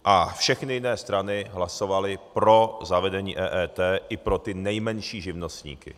A všechny jiné strany hlasovaly pro zavedení EET i pro ty nejmenší živnostníky.